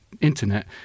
internet